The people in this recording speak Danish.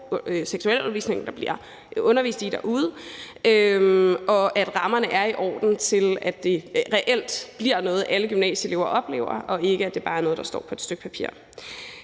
seksualundervisning, der blev givet derude, og at rammerne er i orden, i forhold til at det reelt bliver noget, alle gymnasieelever oplever, og det ikke bare er noget, der står på et stykke papir.